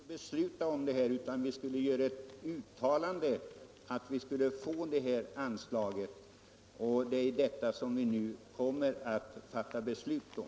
Fru talman! Bara helt kort. Jag har inte yrkat att riksdagen skall besluta i fråga om anslaget utan bara göra det uttalandet att förbundet bör få detta anslag — och det är ju det som vi nu kommer att fatta beslut om.